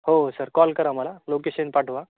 हो sir call करा मला लोकेशन पाठवा